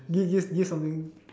give give something